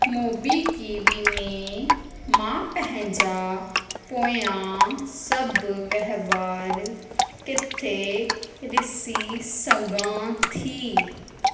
मोबीकिवी में मां पंहिंजा पोयां सभु वहिंवार किथे ॾिसी सघां थी